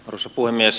arvoisa puhemies